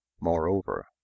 Moreover